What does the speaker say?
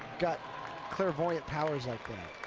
got clairvoyant powers like that.